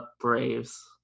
Braves